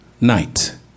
night